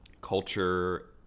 culture